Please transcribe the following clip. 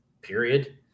period